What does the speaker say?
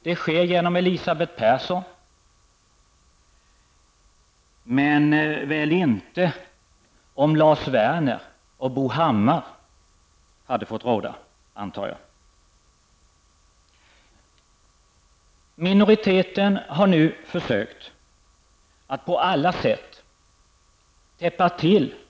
Det sker nu genom Elisabeth Persson, men det hade säkert inte skett om Lars Werner och Bo Hammar hade fått råda. Minoriteten har nu försökt att på alla sätt täppa till luckorna.